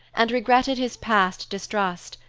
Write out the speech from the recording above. and regretted his past distrust,